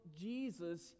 Jesus